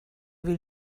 will